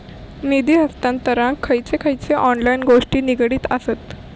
निधी हस्तांतरणाक खयचे खयचे ऑनलाइन गोष्टी निगडीत आसत?